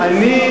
גם את,